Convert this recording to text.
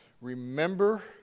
remember